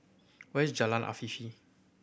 where is Jalan Afifi